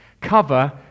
cover